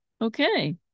Okay